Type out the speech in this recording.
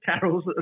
carols